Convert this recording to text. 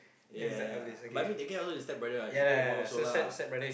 ya ya ya but I mean they get along with the stepbrother ah she get involved also lah